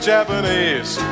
Japanese